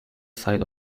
side